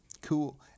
cool